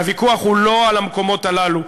הוויכוח הוא לא על המקומות הללו,